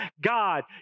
God